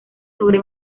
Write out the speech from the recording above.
sobre